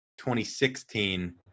2016